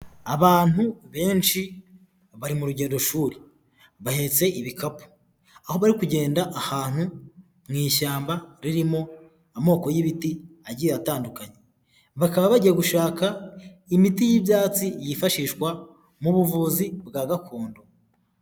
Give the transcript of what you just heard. Abantu benshi bari mu rugendo shuri bahetse ibikapu, aho bari kugenda ahantu mu ishyamba ririmo amoko y'ibiti agiye atandukanye, bakaba bagiye gushaka imiti y'ibyatsi yifashishwa mu buvuzi bwa gakondo.